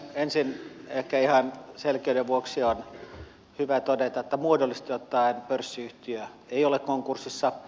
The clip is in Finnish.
ensin ehkä ihan selkeyden vuoksi on hyvä todeta että muodollisesti ottaen pörssiyhtiö ei ole konkurssissa